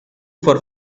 for